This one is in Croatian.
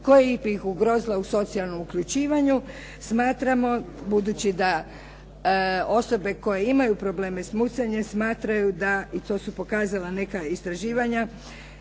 koja bih ih ugrozila u socijalnom uključivanju smatramo da budući da osobe koje imaju probleme s mucanjem smatraju da i to su pokazala neka istraživanja